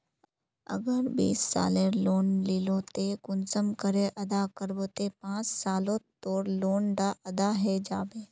अगर बीस लाखेर लोन लिलो ते ती कुंसम करे अदा करबो ते पाँच सालोत तोर लोन डा अदा है जाबे?